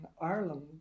Ireland